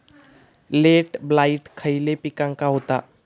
Late blight खयले पिकांका होता?